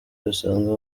bisanzwe